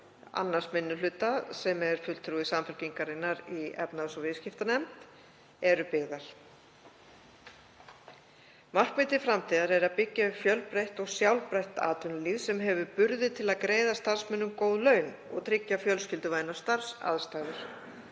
2. minni hluta, sem er fulltrúi Samfylkingarinnar í efnahags- og viðskiptanefnd, eru byggðar. Markmiðið til framtíðar er að byggja upp fjölbreytt og sjálfbært atvinnulíf sem hefur burði til að greiða starfsmönnum góð laun og tryggja fjölskylduvænar starfsaðstæður.